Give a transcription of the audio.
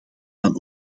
dan